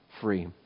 free